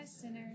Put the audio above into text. sinners